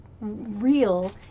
real